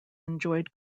enjoyed